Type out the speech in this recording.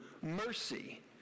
mercy